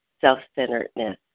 self-centeredness